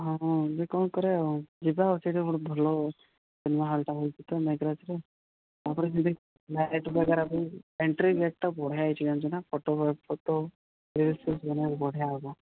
ହଁ ହଁ ଯେ କ'ଣ କରିବା ଆଉ ଯିବା ଆଉ ସେଇଠି ଗୋଟେ ବହୁତ ଭଲ ସିନେମା ହଲ୍ଟା ହେଇଛି ତ ମେଘରାଜରେ ତା'ପରେ ଏଣ୍ଟ୍ରି ଗେଟ୍ଟା ବଢ଼ିଆ ହେଇଛି ଜାଣିଛୁ ନା ଫଟୋ ଫଟୋ ରିଲସ୍ ଫିଲସ୍ ବନାଇବାକୁ ବଢ଼ିଆ ହେବ